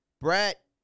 Brett